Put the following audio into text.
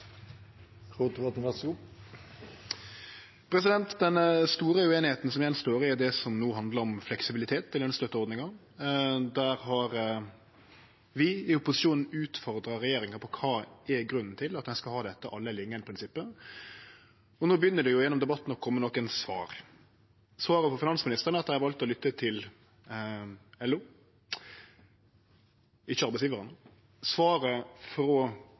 det som handlar om fleksibilitet i lønsstøtteordninga. Der har vi i opposisjonen utfordra regjeringa på kva som er grunnen til at ein skal ha dette alle-eller-ingen-prinsippet. No begynner det å kome nokre svar gjennom debatten. Svaret frå finansministeren er at dei har valt å lytte til LO, ikkje til arbeidsgjevarane. Svaret frå